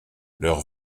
leurs